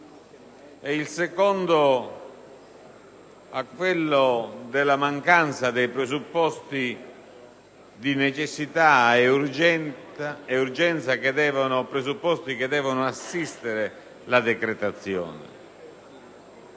ed il secondo è quello della mancanza dei presupposti di necessità ed urgenza che devono assistere la decretazione.